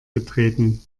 getreten